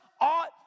ought